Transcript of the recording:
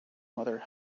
mother